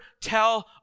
tell